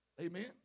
Amen